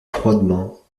froidement